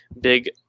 big